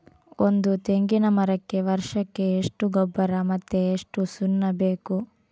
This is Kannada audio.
ಒಂದು ತೆಂಗಿನ ಮರಕ್ಕೆ ವರ್ಷಕ್ಕೆ ಎಷ್ಟು ಗೊಬ್ಬರ ಮತ್ತೆ ಎಷ್ಟು ಸುಣ್ಣ ಬೇಕು?